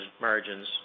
margins